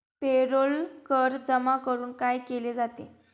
Payroll कर जमा करून काय केले जाते?